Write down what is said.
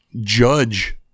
judge